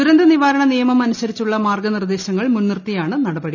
ദുരന്ത നിവാരണ നിയമം അനുസരിച്ചുള്ള മാർഗ്ഗനിർദ്ദേശങ്ങൾ മുൻനിർത്തിയാണ് നടപടി